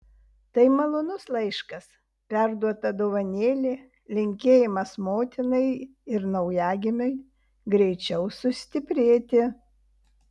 tai malonus laiškas perduota dovanėlė linkėjimas motinai ir naujagimiui greičiau sustiprėti